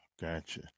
gotcha